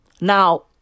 Now